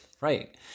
Right